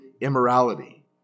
immorality